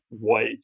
white